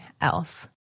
else